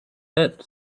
hat